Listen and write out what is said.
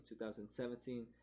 2017